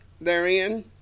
therein